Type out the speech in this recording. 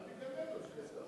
אז אל תגלה לו, שיעשה אותה.